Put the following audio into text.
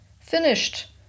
Finished